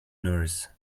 nurse